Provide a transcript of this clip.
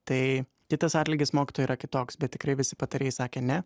tai kitas atlygis mokytojų yra kitoks bet tikrai visi patarėjai sakė ne